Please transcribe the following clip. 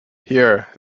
here